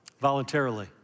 Voluntarily